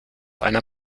einer